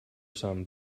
some